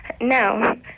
No